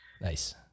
nice